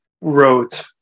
wrote